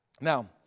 Now